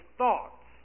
thoughts